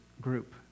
group